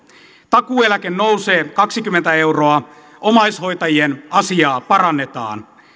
takuueläke nousee kaksikymmentä euroa omaishoitajien asiaa parannetaan